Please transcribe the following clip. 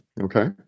okay